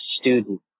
student